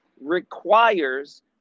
requires